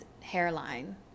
hairline